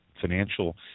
financial